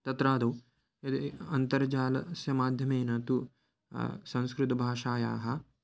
तत्रादौ यदि अन्तर्जालस्य माध्यमेन तु संस्कृतभाषायाः